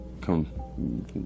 come